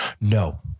No